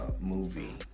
movie